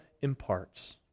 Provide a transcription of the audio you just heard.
imparts